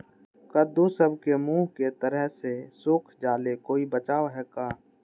कददु सब के मुँह के तरह से सुख जाले कोई बचाव है का?